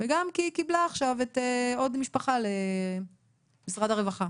וגם כי היא קיבלה עכשיו עוד משפחה למשרד הרווחה